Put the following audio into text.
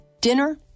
Dinner